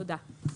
תודה.